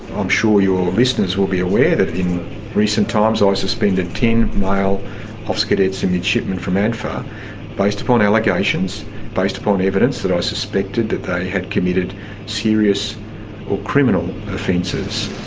i'm sure your listeners will be aware that in recent times i suspended ten male officer cadets and midshipmen from adfa based upon allegations and based upon the evidence that i suspected that they had committed serious or criminal offences.